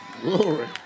Glory